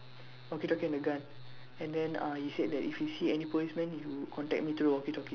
walkie talkie and a gun and then uh he said that if you see any policeman you contact me through the walkie talkie